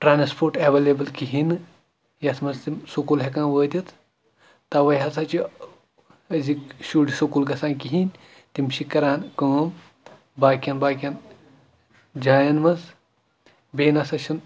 transport available کِہیٖنۍ نہٕ یَتھ منٛز تِم سکوٗل ہٮ۪کن وٲتِتھ تَوَے ہَسا چھِ أزِکۍ شُرۍ سکوٗل گژھان کِہیٖنۍ تِم چھِ کَران کٲم باقیَن باقیَن جایَن منٛز بیٚیہِ نَسا چھِنہٕ